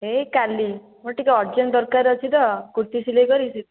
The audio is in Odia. ଏଇ କାଲି ମୋର ଟିକିଏ ଅରଜେଣ୍ଟ ଦରକାର ଅଛି ତ କୁର୍ତ୍ତୀ ସିଲାଇ କରିବି ସେଇଥିପାଇଁ